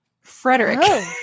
Frederick